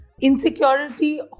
Insecurity